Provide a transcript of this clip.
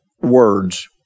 words